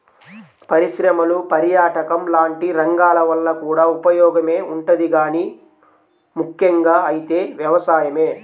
పరిశ్రమలు, పర్యాటకం లాంటి రంగాల వల్ల కూడా ఉపయోగమే ఉంటది గానీ ముక్కెంగా అయితే వ్యవసాయమే